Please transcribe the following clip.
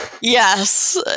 yes